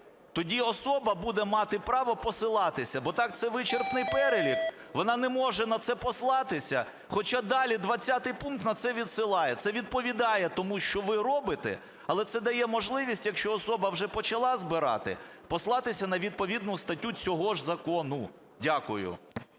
Тоді особа буде мати право посилатися, бо так це вичерпний перелік, вона не може на це послатися, хоча далі 20 пункт на це відсилає. Це відповідає тому, що ви робите, але це дає можливість, якщо особа вже почала збирати, послатися на відповідну статтю цього ж закону. Дякую.